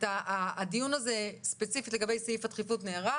הדיון הזה ספציפית לגבי סעיף הדחיפות נערך,